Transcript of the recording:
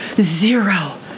zero